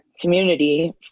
community